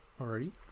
already